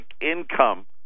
income